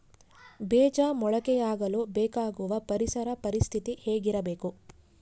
ಬೇಜ ಮೊಳಕೆಯಾಗಲು ಬೇಕಾಗುವ ಪರಿಸರ ಪರಿಸ್ಥಿತಿ ಹೇಗಿರಬೇಕು?